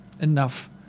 enough